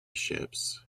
ships